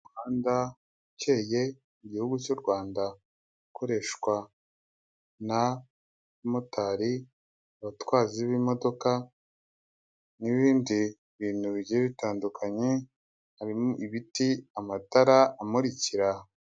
Umuhanda ukeye mu igihugu cy'u Rwanda, ukoreshwa n'abamotari, abatwazi b'imodoka, n'ibindi bintu bigiye bitandukanye, harimo ibiti, amatara amurikira.